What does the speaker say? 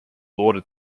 lauded